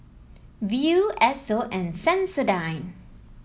Viu Esso and Sensodyne